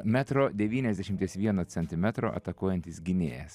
metro devyniasdešimties vieno centimetro atakuojantis gynėjas